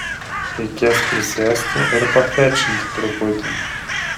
reikės prisėsti ir pafečinti truputį